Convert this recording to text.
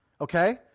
okay